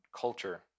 culture